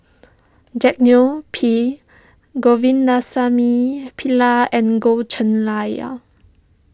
Jack Neo P Govindasamy Pillai and Goh Cheng Liar